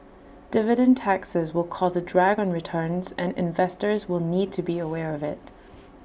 dividend taxes will cause A drag on returns and investors will need to be aware of IT